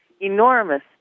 enormous